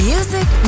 Music